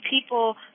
people